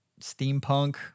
steampunk